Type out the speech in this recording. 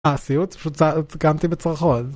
אה, סיוט? פשוט קמתי בצרחות